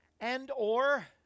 and/or